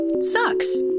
Sucks